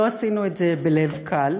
לא עשינו את זה בלב קל,